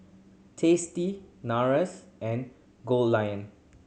Tasty Nars and Goldlion